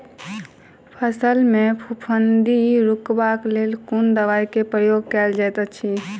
फसल मे फफूंदी रुकबाक लेल कुन दवाई केँ प्रयोग कैल जाइत अछि?